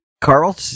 Carl